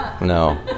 No